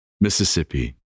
Mississippi